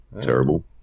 terrible